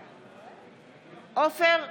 בעד עופר כסיף,